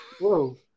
Whoa